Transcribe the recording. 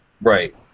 Right